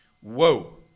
whoa